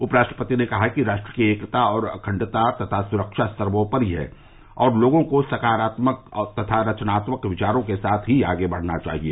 उप राष्ट्रपति ने कहा कि राष्ट्र की एकता और अखंडता तथा सुरक्षा सर्वोपरि है और लोगों को सकारालक तथा रचनात्मक विचारों के साथ ही आगे बढ़ना चाहिए